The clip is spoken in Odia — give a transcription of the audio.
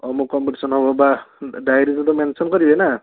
ଅମୁକ କମ୍ପିଟେସନ୍ ହେବ ବା ଡାଏରୀ ଗୋଟେ ମେନସନ୍ କରିବେ ନା